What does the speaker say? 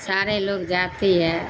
سارے لوگ جاتی ہے